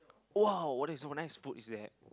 !wow! what is so nice food is that